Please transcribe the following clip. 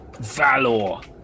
Valor